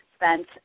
spent